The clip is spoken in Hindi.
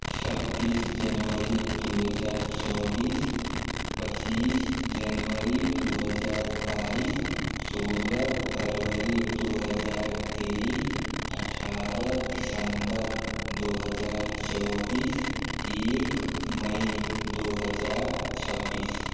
छब्बीस जनवरी दो हज़ार चौबीस पच्चीस जनवरी दो हज़ार बाईस सोलह फरवरी दो हज़ार तेईस अट्ठारह दिसम्बर दो हज़ार चौबीस एक मई दो हज़ार छब्बीस